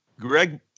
Greg